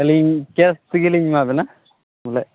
ᱟᱹᱞᱤᱧ ᱠᱮᱥ ᱛᱮᱜᱮ ᱞᱤᱧ ᱮᱢᱟ ᱵᱮᱱᱟ ᱵᱚᱞᱮ